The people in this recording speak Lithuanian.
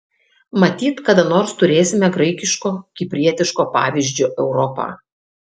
matyt kada nors turėsime graikiško kiprietiško pavyzdžio europą